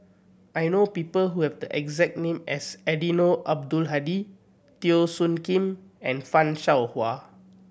I know people who have the exact name as Eddino Abdul Hadi Teo Soon Kim and Fan Shao Hua